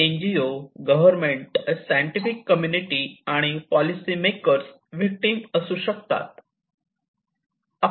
N G O government scientific community आणि policy makers victim असू शकतात